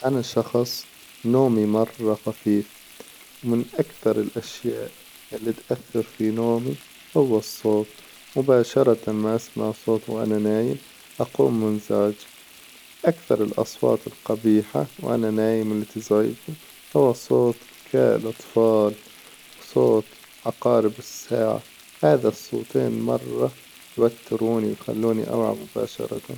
أنا شخص نومي مرة خفيف، من أكثر الأشياء إللي تأثر في نومي هو الصوت، مباشرة ما اسمع صوت وأنا نايم أقوم منزعج أكثر الأصوات القبيحة وأنا نايم إللي تزعجني هو صوت بكاء الأطفال، وصوت عقارب الساعة هذا الصوتين مرة يوتروني ويخلوني أوعى مباشرة.